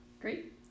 Great